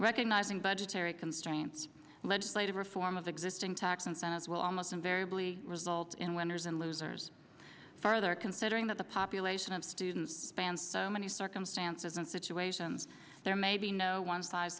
recognizing budgetary constraints legislative reform of the existing tax incentives will almost invariably result in winners and losers further considering that the population of students band so many circumstances and situations there may be no one